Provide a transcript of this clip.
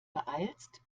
beeilst